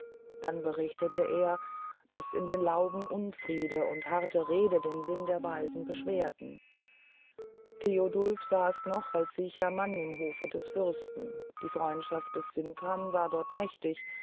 dann berichtete er daß in den lauben unfriede und harte rede den sinn der weisen beschwerten theodulf saß noch als siecher mann im hofe des fürsten die freundschaft des sintram war dort mächtig